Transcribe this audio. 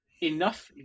enough